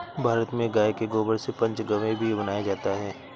भारत में गाय के गोबर से पंचगव्य भी बनाया जाता है